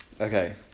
Okay